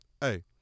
Hey